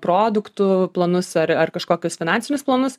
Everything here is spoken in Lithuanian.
produktų planus ar ar kažkokius finansinius planus